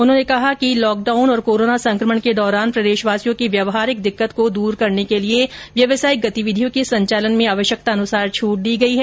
उन्होंने कहा कि लॉकडाउन और कोरोना संक्रमण के दौरान प्रदेशवासियों की व्यावहारिक दिक्कत को दूर करने के लिए व्यावसायिक गतिविधियों के संचालन में आवश्यकतानुसार छूट दी गई है